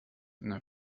eine